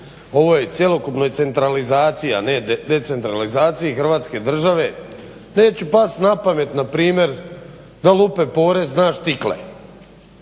ovoj cjelokupnoj centralizaciji, a ne decentralizaciji Hrvatske države neće past na pamet na primjer da lupe porez na štikle.